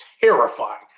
terrifying